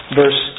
verse